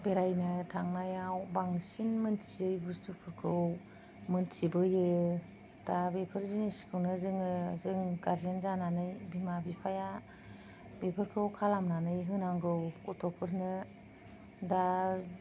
बेरायनो थांनायाव बांसिन मोनथियै बुस्तुफोरखौ मोनथिबोयो दा बेफोर जिनिसखौनो जोङो जों गारजेन जानानै बिमा बिफाया बेफोरखौ खालामनानै होनांगौ गथ'फोरनो दा